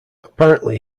apparently